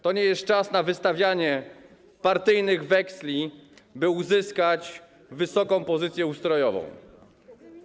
To nie jest czas na wystawianie partyjnych weksli, by uzyskać wysoką pozycję ustrojową.